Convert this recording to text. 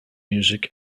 music